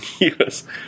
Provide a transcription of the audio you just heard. years